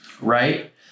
Right